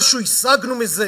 משהו השגנו מזה?